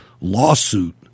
lawsuit